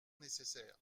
nécessaires